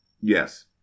yes